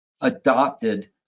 adopted